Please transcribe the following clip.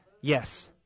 Yes